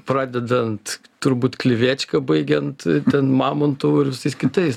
pradedant turbūt kliviečka baigiant ten mamontovu ir visais kitais